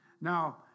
Now